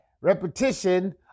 Repetition